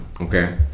Okay